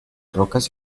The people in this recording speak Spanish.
rocas